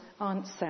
answer